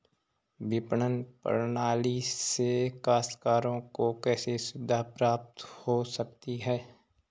विपणन प्रणाली से काश्तकारों को कैसे सुविधा प्राप्त हो सकती है?